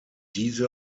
diese